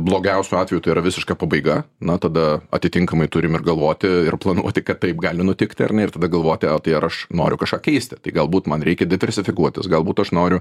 blogiausiu atveju tai yra visiška pabaiga na tada atitinkamai turim ir galvoti ir planuoti kad taip gali nutikti ar ne ir tada galvoti o tai ar aš noriu kažką keisti tai galbūt man reikia ditersifikuotis galbūt aš noriu